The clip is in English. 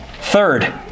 Third